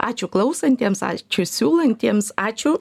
ačiū klausantiems ačiū siūlantiems ačiū